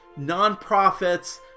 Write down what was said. nonprofits